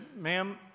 ma'am